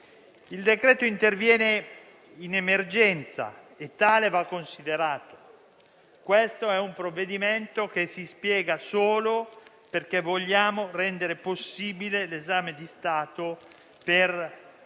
Il decreto-legge interviene in emergenza e tale va considerato. Questo provvedimento si spiega solo perché vogliamo rendere possibile l'esame di Stato per